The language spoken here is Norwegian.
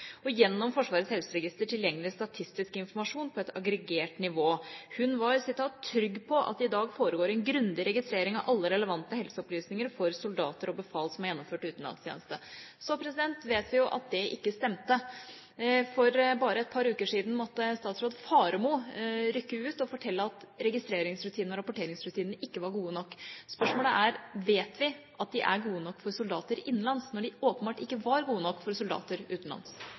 gjennom Forsvarets helseregister tilgjengelig statistisk informasjon på et aggregert nivå. Hun var «trygg på at det i dag foregår en grundig registrering av alle relevante helseopplysninger for soldater og befal som har gjennomført utenlandstjeneste». Så vet vi jo at det ikke stemte. For bare et par uker siden måtte statsråd Faremo rykke ut og fortelle at registreringsrutinene og rapporteringsrutinene ikke var gode nok. Spørsmålet er: Vet vi at de er gode nok for soldater innenlands når de åpenbart ikke var gode nok for soldater utenlands?